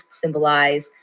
symbolize